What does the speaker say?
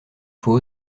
faut